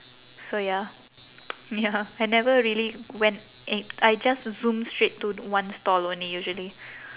so ya ya I never really went i~ I just zoom straight to one stall only usually